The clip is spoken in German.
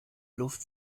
luft